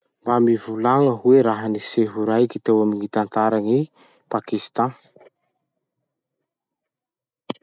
Mba mivolagna hoe raha-niseho raiky teo amy gny tantaran'i Pakistan?